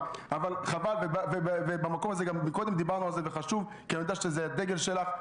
אבל במקום הזה וקודם דיברנו על זה וזה חשוב כי אני יודע שזה הדגל שלך,